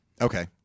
Okay